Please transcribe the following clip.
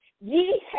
Ye